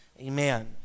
amen